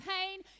pain